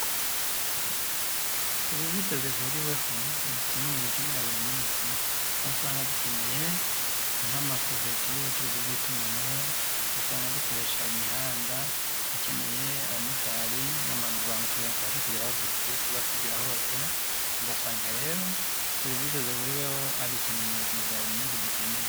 Serivisi zihuriweho ni kimwe mu bintu dukenera buri munsi, aho usanga dukeneye nk'amasosiyete y'ubucuruzi bw'itumanaho usanga dukoresha imihanda, dukeneye abamotari tubashe kugera aho dukwiye kuba tugera hose ugasanga rero serivisi zihuriweho ari ikintu mu buzima bwa buri munsi dukeneye.